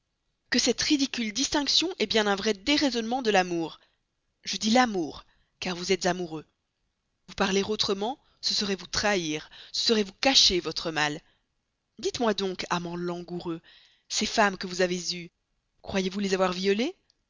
que cette ridicule distinction est bien un vrai déraisonnement de l'amour je dis l'amour car vous êtes amoureux vous parler autrement ce serait vous trahir ce serait vous cacher votre mal dites-moi donc amant langoureux ces femmes que vous avez eues croyez-vous les avoir violées